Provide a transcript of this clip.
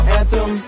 anthem